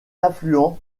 affluent